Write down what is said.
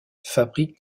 fabrique